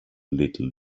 little